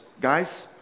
guys